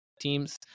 teams